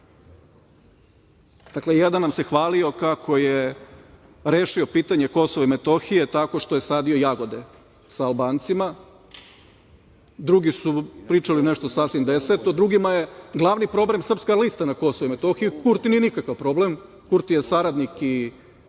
razmišljaju. Jedan nam se hvalio kako je rešio pitanje Kosova i Metohije tako što je sadio jagode sa Albancima, drugi su pričali nešto sasvim deseto. Drugima je glavni problem Srpska lista na Kosovu i Metohiji, Kurti nije nikakav problem, Kurti je saradnik i